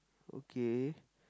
okay